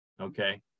okay